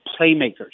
playmakers